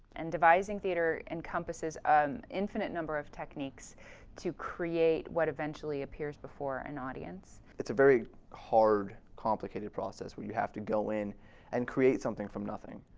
and devising theater encompasses an infinite number of techniques to create what eventually appears before an audience. it's a very hard, complicated process where you have to go in and create something from nothing.